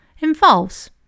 involves